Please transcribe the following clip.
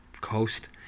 coast